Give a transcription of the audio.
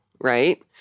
Right